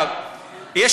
אבל זו מדינת היהודים.